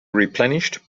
replenished